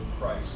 Christ